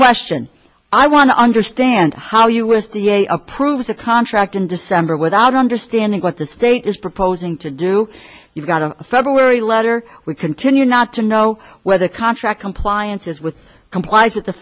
question i want to understand how u s d a approves a contract in december without understanding what the state is proposing to do you've got a february letter we continue not to know whether contract compliance is with complies with the